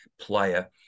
player